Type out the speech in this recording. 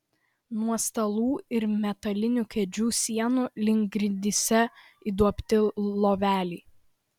nuo stalų ir metalinių kėdžių sienų link grindyse įduobti loveliai